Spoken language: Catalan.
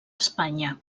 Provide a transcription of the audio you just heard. espanya